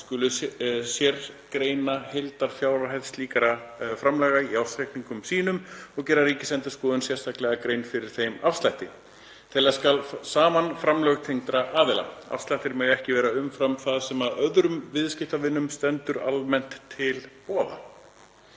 skulu sérgreina heildarfjárhæð slíkra framlaga í ársreikningum sínum og gera Ríkisendurskoðun sérstaklega grein fyrir þeim afslætti. Telja skal saman framlög tengdra aðila. Afslættir mega ekki vera umfram það sem öðrum viðskiptavinum stendur almennt til boða.